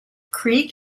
creek